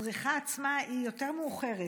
הזריחה עצמה היא יותר מאוחרת,